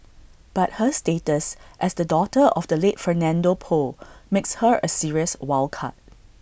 but her status as the daughter of the late Fernando Poe makes her A serious wild card